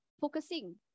focusing